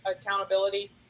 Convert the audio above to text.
accountability